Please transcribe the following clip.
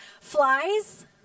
Flies